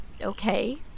Okay